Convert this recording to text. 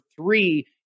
three